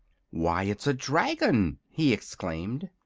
why, it's a dragon! he exclaimed.